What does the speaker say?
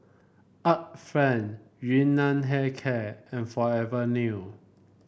Art Friend Yun Nam Hair Care and Forever New